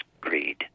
greed